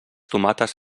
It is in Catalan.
tomates